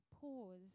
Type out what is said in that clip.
pause